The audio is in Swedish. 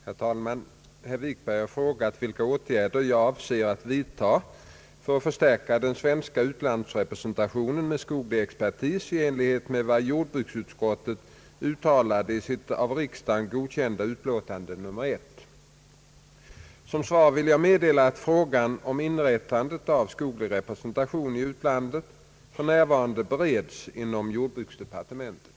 Herr talman! Herr Wikberg har frågat vilka åtgärder jag avser att vidta för att förstärka den svenska utlandsrepresentationen med skoglig expertis i enlighet med vad jordbruksutskottet uttalade i sitt av riksdagen godkända utlåtande nr 1. Som svar vill jag meddela att frågan om inrättande av skoglig representation i utlandet för närvarande bereds inom jordbruksdepartementet.